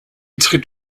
tritt